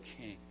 king